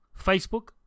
Facebook